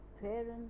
parents